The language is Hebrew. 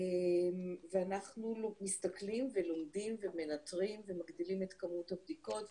אנחנו מסתכלים ולומדים ומנטרים ומגדילים את כמות הבדיקות,